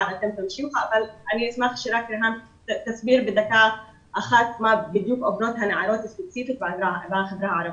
אני אשמח אם ריהאם תסביר בדקה אחת מה בדיוק עוברות הנערות בחברה הערבית.